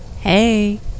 Hey